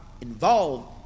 involved